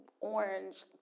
orange